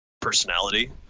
personality